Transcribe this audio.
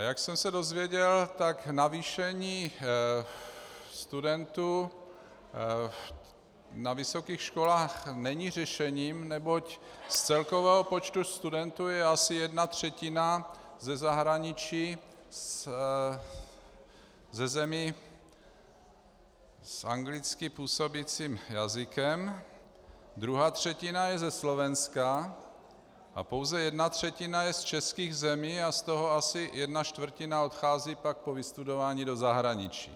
A jak jsem se dozvěděl, navýšení studentů na vysokých školách není řešením, neboť z celkového počtu studentů je asi jedna třetina ze zahraničí ze zemí s anglicky působícím jazykem, druhá třetina je ze Slovenska a pouze jedna třetina je z českých zemí a z toho asi jedna čtvrtina odchází pak po vystudování do zahraničí.